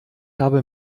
habe